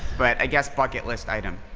but i guess bucket list item.